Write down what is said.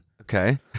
okay